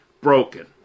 broken